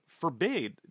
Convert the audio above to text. forbade